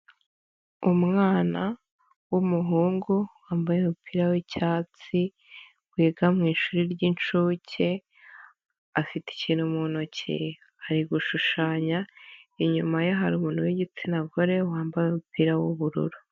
Umwana w'umuhungu, wambaye umupira w'icyatsi, wiga mwishuri ry'incuke, afite ikintu mu ntoki, ari gushushanya, inyuma ye hari umuntu w'igitsina gore, wambaye umupira w'ubururu.